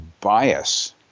bias